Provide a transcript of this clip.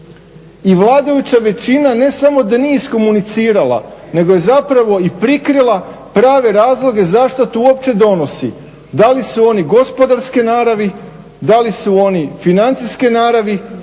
i vladajuća većina ne samo da nije iskomunicirala nego je zapravo i prikrila prave razloge zašto to uopće donosi, da li su oni gospodarske naravi, da li su oni financijske naravi,